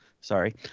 sorry